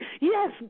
Yes